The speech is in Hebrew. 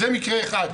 זה מקרה אחד.